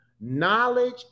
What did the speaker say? knowledge